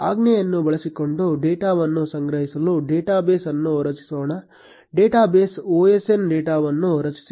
ಆಜ್ಞೆಯನ್ನು ಬಳಸಿಕೊಂಡು ಡೇಟಾವನ್ನು ಸಂಗ್ರಹಿಸಲು ಡೇಟಾಬೇಸ್ ಅನ್ನು ರಚಿಸೋಣ ಡೇಟಾಬೇಸ್ osn ಡೇಟಾವನ್ನು ರಚಿಸಿ